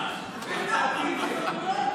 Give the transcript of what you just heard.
ואני לא רוצה התיישבויות,